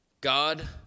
God